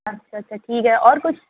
اچھا اچھا ٹھیک ہے اور کچھ